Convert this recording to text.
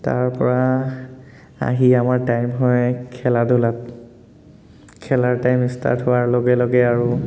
তাৰ পৰা আহি আমাৰ টাইম হয় খেলা ধূলাত খেলাৰ টাইম ইষ্টাৰ্ট হোৱাৰ লগে লগে আৰু